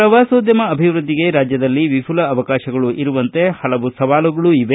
ಪ್ರವಾಸೋದ್ಯಮ ಅಭಿವೃದ್ಧಿಗೆ ವಿಪುಲ ಅವಕಾಶಗಳು ಇರುವಂತೆ ಹಲವು ಸವಾಲುಗಳೂ ಇವೆ